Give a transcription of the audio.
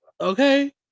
okay